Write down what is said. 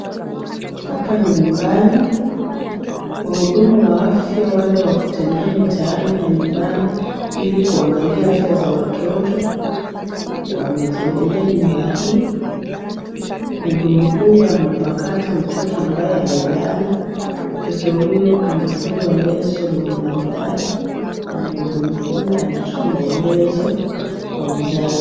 Hapa ni nyumbani, wahudumu wa afya wale wa kutembea mitaani na nyumbani ili kuangalia afya za watoto wametembelea nyumba hii. Mhudumu huyu amempakata mtoto ambaye amelala. Mtoto huyo amefungwa leso lenye maridadi na mhudumu huyu anatoa maelezo kwa mzazi.